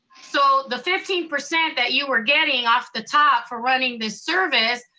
so the fifteen percent that you were getting off the top for running this service,